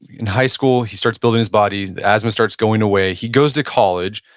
in high school, he starts building his body, asthma starts going away. he goes to college,